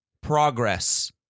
progress